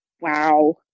Wow